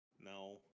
No